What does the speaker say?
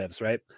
right